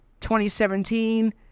2017